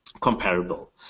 comparable